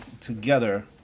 together